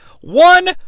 One